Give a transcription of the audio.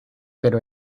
pero